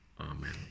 Amen